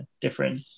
different